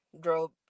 drove